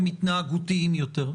הם התנהגותיים יותר.